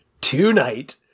tonight